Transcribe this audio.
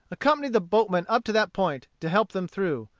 accompanied the boatmen up to that point to help them through,